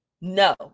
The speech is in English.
No